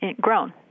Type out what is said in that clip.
grown